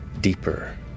deeper